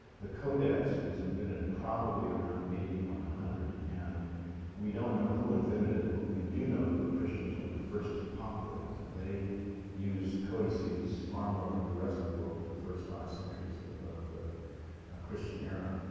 the codex was invented probably around ad one hundred. and we don't know who invented it, but we do know that the christians were the first to popularize it. they used codices far more than the rest of the world. for the first five centuries ah of the christian era.